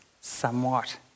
somewhat